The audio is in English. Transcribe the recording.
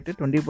20%